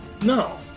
No